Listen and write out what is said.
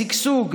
בשגשוג,